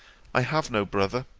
i have no brother,